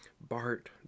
Bart